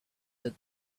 that